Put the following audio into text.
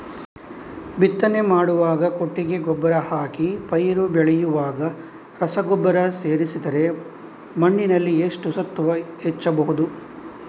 ಬಿತ್ತನೆ ಮಾಡುವಾಗ ಕೊಟ್ಟಿಗೆ ಗೊಬ್ಬರ ಹಾಕಿ ಪೈರು ಬೆಳೆಯುವಾಗ ರಸಗೊಬ್ಬರ ಸೇರಿಸಿದರೆ ಮಣ್ಣಿನಲ್ಲಿ ಎಷ್ಟು ಸತ್ವ ಹೆಚ್ಚಬಹುದು?